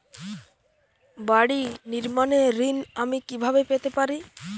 বাড়ি নির্মাণের ঋণ আমি কিভাবে পেতে পারি?